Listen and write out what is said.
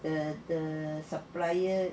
the the supp